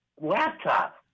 laptop